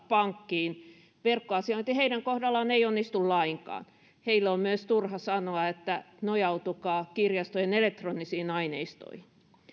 pankkiin verkkoasiointi heidän kohdallaan ei onnistu lainkaan heille on myös turha sanoa että nojautukaa kirjastojen elektronisiin aineistoihin